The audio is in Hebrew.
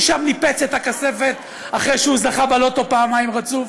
שם ניפץ את הכספת אחרי שהוא זכה בלוטו פעמיים רצוף,